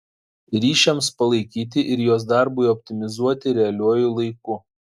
ryšiams palaikyti ir jos darbui optimizuoti realiuoju laiku